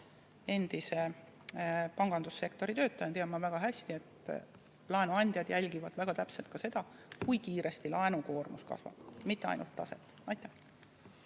Endise pangandussektori töötajana tean ma väga hästi, et laenuandjad jälgivad väga täpselt ka seda, kui kiiresti laenukoormus kasvab, mitte ainult taset. Aitäh,